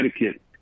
etiquette